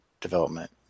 development